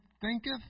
thinketh